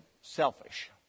selfish